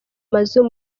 mazu